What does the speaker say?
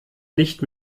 nicht